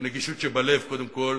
נגישות שבלב קודם כול,